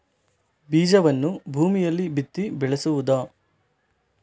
ಬೀಜವನ್ನು ಭೂಮಿಯಲ್ಲಿ ಬಿತ್ತಿ ಬೆಳೆಸುವುದಾ?